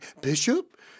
Bishop